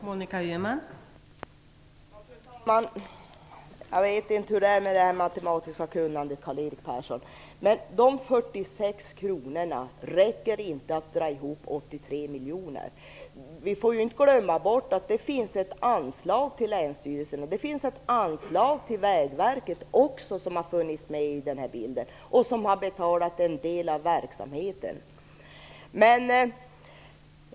Fru talman! Jag vet inte hur det är med det matematiska kunnandet, Karl-Erik Persson. Men 46 kr räcker inte för att dra in 83 miljoner. Vi får inte glömma bort att det också har funnits ett anslag till länsstyrelsen och till Vägverket med i bilden som har betalat en del av verksamheten.